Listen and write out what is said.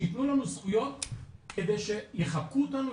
שיתנו לנו זכויות כדי שיחבקו אותנו,